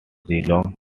geelong